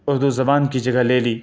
اردو زبان کی جگہ لے لی